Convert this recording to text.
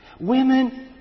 Women